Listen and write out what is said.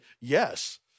yes